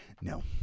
No